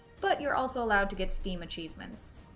but you're also allowed to get steam achievements,